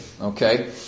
okay